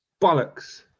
bollocks